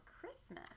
Christmas